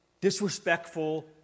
disrespectful